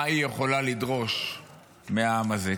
מה היא יכולה לדרוש מהעם הזה.